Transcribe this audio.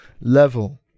level